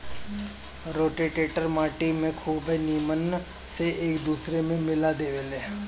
rotator माटी के खुबे नीमन से एक दूसर में मिला देवेला